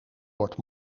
wordt